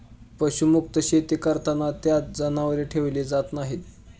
पशुमुक्त शेती करताना त्यात जनावरे ठेवली जात नाहीत